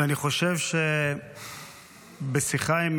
ואני חושב שבשיחה עם